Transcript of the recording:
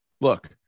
Look